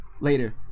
later